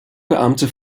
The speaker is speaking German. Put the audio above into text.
beamte